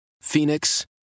Phoenix